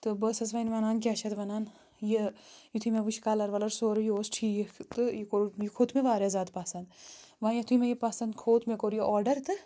تہٕ بہِ أسٕس وۄنۍ وَنان کیٛاہ چھِ اتھ وَنان یہِ یُتھٕے مےٚ وُچھ کَلر وَلر سورٕی یہِ اوس ٹھیٖک تہٕ یہِ کورُن مےٚ یہِ کھوٚت مےٚ وارِیاہ زیادٕ پسنٛد وۄنۍ یُتھٕے مےٚ یہِ پسنٛد کھوٚت مےٚ کوٚر یہِ آرڈر تہٕ